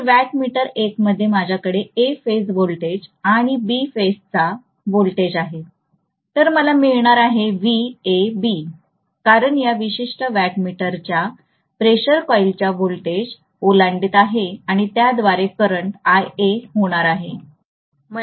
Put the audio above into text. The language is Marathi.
तर वॅट मीटर एक मध्ये माझ्याकडे A फेजचा व्होल्टेज आणि येथे B फेजचा व्होल्टेज आहे तर मला मिळणार आहे कारण या विशिष्ट वॅट मीटरच्या प्रेशर कॉईलच्या व्होल्टेज ओलांडीत आहे आणि त्याद्वारे करंट होणार आहे